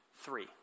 three